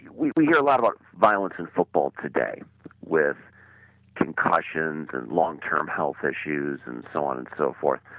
we we hear a lot about violence in football today with concussions and long-term health issues and so on and so forth.